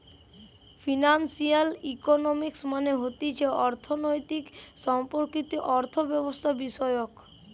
financial economics মানে হতিছে অর্থনীতি সম্পর্কিত অর্থব্যবস্থাবিষয়ক